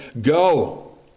Go